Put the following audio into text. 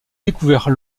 découvert